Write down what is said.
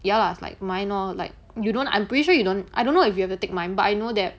ya lah it's like mine lor like you don't I'm pretty sure you don't I don't know if you have to take mine but I know that